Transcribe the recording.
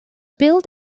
built